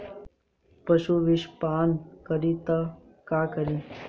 पशु विषपान करी त का करी?